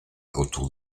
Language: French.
autour